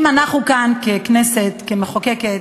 אם אנחנו כאן ככנסת, כמחוקקת,